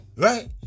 Right